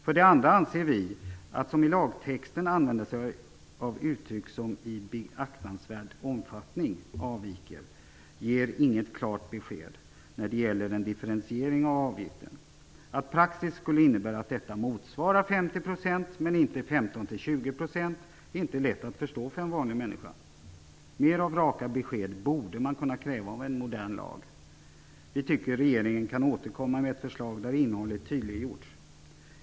För det andra anser vi att uttrycket "i beaktansvärd omfattning avviker", som används i lagtexten, inte ger något klart besked när det gäller en differentiering av avgiften. Att praxis skulle innebära att detta motsvarar 50 %, men inte 15-20 %, är inte lätt att förstå för en vanlig människa. Mer av raka besked borde man kunna kräva av en modern lag. Vi tycker att regeringen kan återkomma med ett förslag där innehållet tydliggjorts.